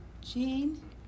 Gene